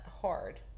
hard